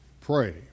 pray